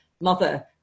mother